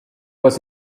was